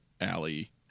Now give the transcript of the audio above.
alley